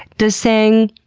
does saying,